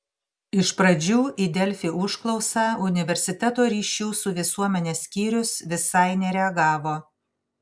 iš pradžių į delfi užklausą universiteto ryšių su visuomene skyrius visai nereagavo